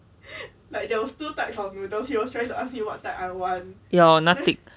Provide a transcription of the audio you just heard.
ya 我拿 thick